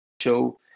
show